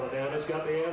it's got the